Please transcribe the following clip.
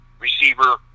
receiver